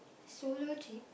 solo cheap